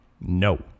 No